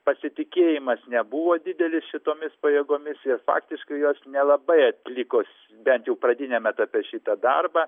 pasitikėjimas nebuvo didelis šitomis pajėgomis ir faktiškai jos nelabai atliko s bet jau pradiniame etape šitą darbą